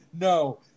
No